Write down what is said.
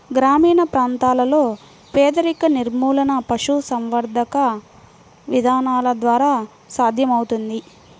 గ్రామీణ ప్రాంతాలలో పేదరిక నిర్మూలన పశుసంవర్ధక విధానాల ద్వారా సాధ్యమవుతుంది